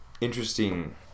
interesting